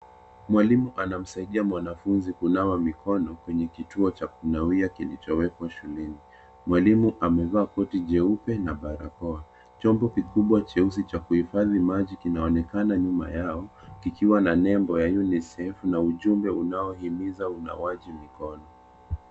Mwalimu anamsaidia mwanafunzi kunawa mikono kwenye kituo cha kunawia kilichowekwa shuleni. Mwalimu amevaa koti jeupe na barakoa. Chombo kikubwa cheusi cha kuhifadhi maji kinaonekana nyuma yao kikiwa na nembo ya Unicef na ujumbe unaohimiza unawaji mikono.